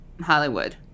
hollywood